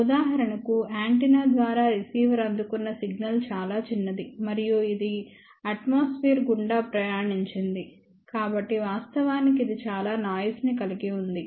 ఉదాహరణకు యాంటెన్నా ద్వారా రిసీవర్ అందుకున్న సిగ్నల్ చాలా చిన్నది మరియు ఇది అట్మాస్పియర్ గుండా ప్రయాణించింది కాబట్టి వాస్తవానికి ఇది చాలా నాయిస్ ని కలిగి ఉంది